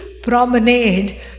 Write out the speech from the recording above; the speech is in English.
promenade